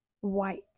White